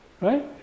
Right